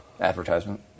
Advertisement